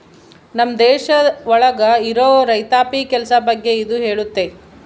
ನಮ್ ದೇಶ ಒಳಗ ಇರೋ ರೈತಾಪಿ ಕೆಲ್ಸ ಬಗ್ಗೆ ಇದು ಹೇಳುತ್ತೆ